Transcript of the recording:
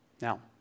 Now